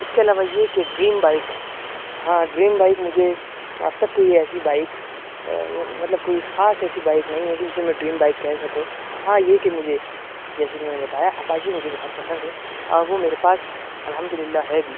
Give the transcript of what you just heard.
اس کے علاوہ یہ کہ ڈریم بائک ہاں ڈریم بائک مجھے اب تک کوئی ایسی بائک مطلب کوئی خاص ایسی بائک نہیں ہے کہ جسے میں ڈریم بائک کہہ سکوں ہاں یہ کہ مجھے جیسا کہ میں نے بتایا اپاچی مجھے بہت پسند ہے اور وہ میرے پاس الحمد للہ ہے بھی